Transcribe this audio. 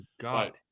god